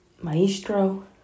Maestro